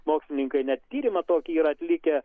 mokslininkai net tyrimą tokį yra atlikę